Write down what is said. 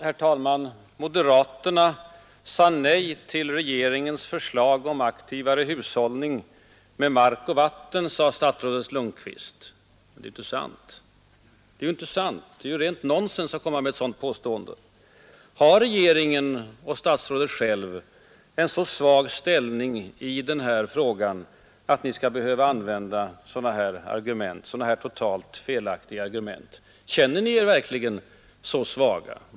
Herr talman! Moderaterna sade nej till regeringens förslag om aktivare hushållning med mark och vatten, sade statsrådet Lundkvist. Det är inte sant. Det är ju rent nonsens att komma med ett sådant påstående. Har regeringen och statsrådet själv en så svag ställning i den här frågan att ni skall behöva använda sådana totalt felaktiga argument? Känner ni er verkligen så svaga?